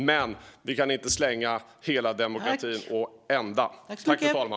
Men vi kan inte välta hela demokratin över ända.